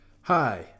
Hi